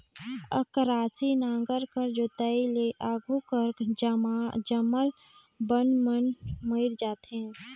अकरासी नांगर कर जोताई ले आघु कर जामल बन मन मइर जाथे